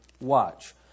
watch